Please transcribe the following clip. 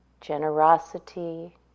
generosity